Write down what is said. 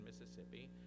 Mississippi